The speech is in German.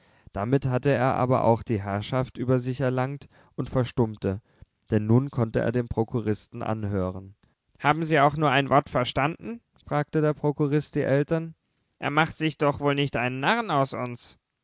damit hatte er aber auch die herrschaft über sich erlangt und verstummte denn nun konnte er den prokuristen anhören haben sie auch nur ein wort verstanden fragte der prokurist die eltern er macht sich doch wohl nicht einen narren aus uns